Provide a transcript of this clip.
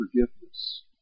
forgiveness